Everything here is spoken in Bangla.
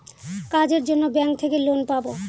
কাজের জন্য ব্যাঙ্ক থেকে লোন পাবো